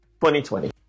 2020